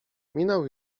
minął